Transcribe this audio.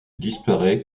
disparaît